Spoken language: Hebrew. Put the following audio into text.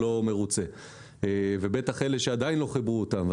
שהוא לא מרוצה ובטח אלה שעדיין לא חיברו אותם.